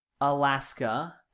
Alaska